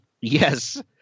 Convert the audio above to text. Yes